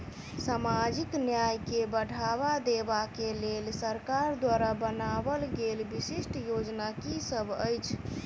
सामाजिक न्याय केँ बढ़ाबा देबा केँ लेल सरकार द्वारा बनावल गेल विशिष्ट योजना की सब अछि?